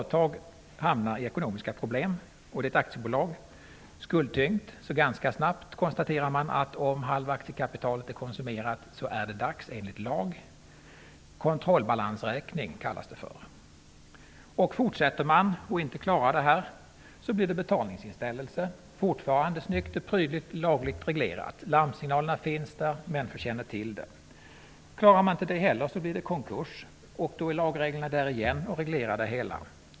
Ett aktiebolag kan vara skuldtyngt och hamna i ekonomiska problem, och då konstaterar man ganska snart att om halva aktiekapitalet är konsumerat är det dags enligt lag att upprätta vad som kallas en kontrollbalansräkning. Fortsätter man och inte klarar upp situationen, blir det betalningsinställelse, fortfarande snyggt och prydligt, lagligt reglerat. Larmsignalerna finns där. Människor känner till dem. Klarar man inte det heller, blir det konkurs, och även då finns det lagregler som reglerar det hela.